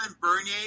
Bernier